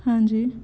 हाँ जी